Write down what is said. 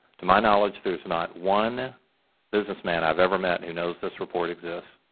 to my knowledge, there is not one businessman i have ever met who knows this report exists.